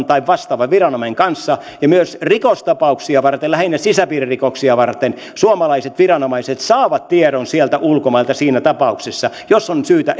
tai vastaavan viranomaisen kanssa myös rikostapauksia varten lähinnä sisäpiiririkoksia varten suomalaiset viranomaiset saavat tiedon sieltä ulkomailta siinä tapauksessa jos on syytä